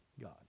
God